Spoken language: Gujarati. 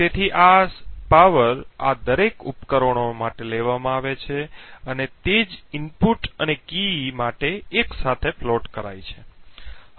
તેથી આ શક્તિ આ દરેક ઉપકરણો માટે લેવામાં આવે છે અને તે જ ઇનપુટ અને કી માટે એકસાથે પ્લોટ કરાય છે